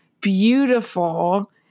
beautiful